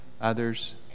others